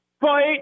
Fight